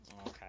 Okay